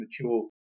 mature